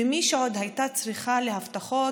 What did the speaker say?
למי שעוד הייתה צריכה הבטחות,